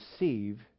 receive